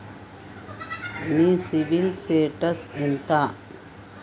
మీ CIBIL status ఎంత?